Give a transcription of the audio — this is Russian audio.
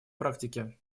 практике